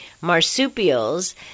marsupials